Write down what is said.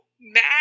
mad